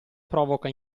provoca